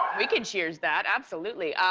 we could cheer that, absolutely.